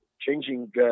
changing